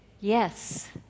yes